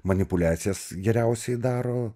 manipuliacijas geriausiai daro